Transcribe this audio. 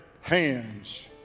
hands